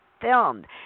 filmed